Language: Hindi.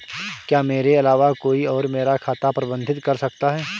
क्या मेरे अलावा कोई और मेरा खाता प्रबंधित कर सकता है?